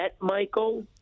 Michael